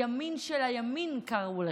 "הימין של הימין" קראו לך,